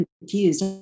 confused